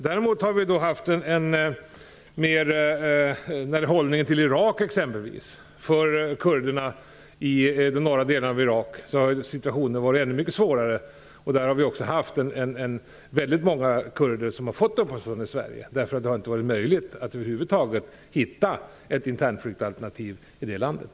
Däremot har vi hållningen till Irak exempelvis - för kurderna i de norra delarna av Irak har situationen varit mycket svårare. Väldigt många kurder därifrån har fått uppehållstillstånd i Sverige, därför att det inte varit möjligt att över huvud taget hitta ett internflyktalternativ i det landet.